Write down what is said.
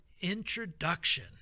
introduction